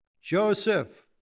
Joseph